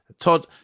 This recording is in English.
Todd